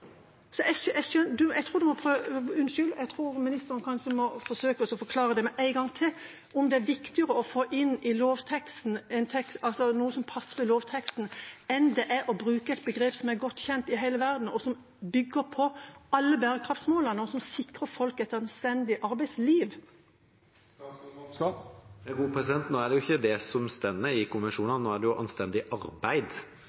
Jeg tror statsråden kanskje må forsøke å forklare meg det en gang til. Er det viktigere å få inn i lovteksten noe som passer i lovteksten, enn det er å bruke et begrep som er godt kjent i hele verden, som bygger på alle bærekraftsmålene, og som sikrer folk et anstendig arbeidsliv? Nå er det ikke det som står i konvensjonene. Det er anstendig arbeid. Det vi endrer dette til, er «anstendige arbeidsforhold». Som